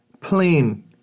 plain